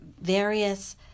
various